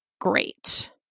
great